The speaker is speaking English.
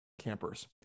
campers